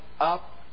up